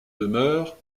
demeures